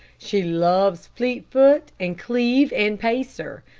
she loves fleetfoot and cleve and pacer.